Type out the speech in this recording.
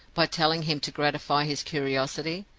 by telling him to gratify his curiosity?